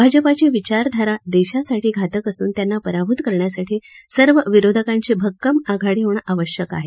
भाजपाची विचारधारा देशासाठी घातक असून त्यांना पराभूत करण्यासाठी सर्व विरोधकांची भक्कम आघाडी होणं आवस्यक आहे